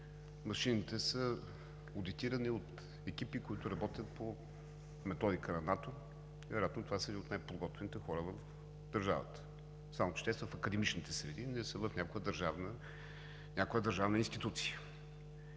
Машините са одитирани от екипи, които работят по методика на НАТО, вероятно това са едни от най-подготвените хора в държавата, само че те са в академичните среди, не са в някоя държавна институция.